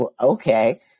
okay